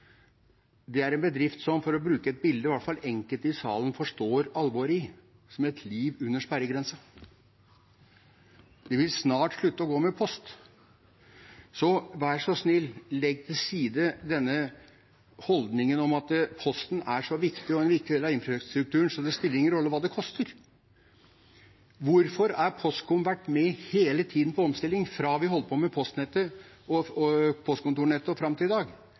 overskudd, er en bedrift – for å bruke et bilde som i hvert fall enkelte i salen forstår alvoret i – med et liv under sperregrensen. Man vil snart slutte å gå med post. Så vær så snill – legg til side den holdningen at Posten er en så viktig del av infrastrukturen at det ikke spiller noen rolle hva det koster. Hvorfor har Postkom hele tiden vært med på omstillingen – fra vi holdt på med postkontornettet fram til i dag?